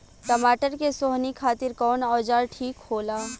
टमाटर के सोहनी खातिर कौन औजार ठीक होला?